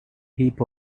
heap